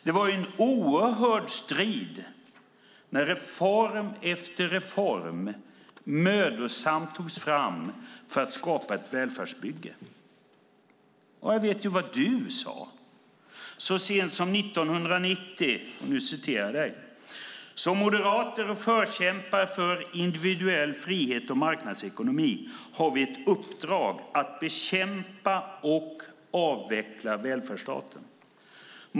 Det var en oerhörd strid när reform efter reform mödosamt togs fram för att skapa ett välfärdsbygge. Jag vet ju vad du sade så sent som 1990: Som moderater och förkämpar för individuell frihet och marknadsekonomi har vi ett uppdrag att bekämpa och avveckla välfärdsstaten.